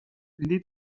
mendi